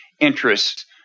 interests